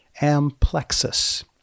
amplexus